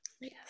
Yes